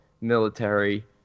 military